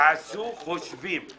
תעשו חושבים.